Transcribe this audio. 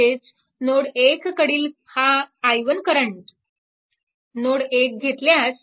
म्हणजेच नोड 1 कडील हा i1 करंट नोड 1 घेतल्यास